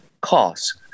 cost